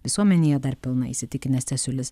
visuomenėje dar pilna įsitikinęs cesiulis